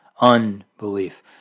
unbelief